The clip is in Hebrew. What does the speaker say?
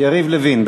יריב לוין.